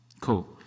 Cool